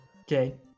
Okay